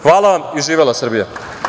Hvala vam i živela Srbija.